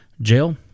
jail